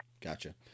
Gotcha